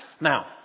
Now